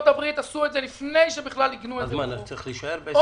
הברית עשו את זה לפני שבכלל עיגנו את זה בחוק.